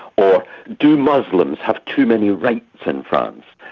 or do muslims have too many rights in france?